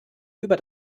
über